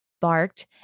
barked